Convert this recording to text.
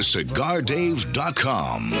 CigarDave.com